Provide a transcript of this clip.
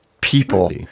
people